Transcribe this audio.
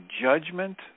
Judgment